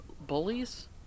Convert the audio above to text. bullies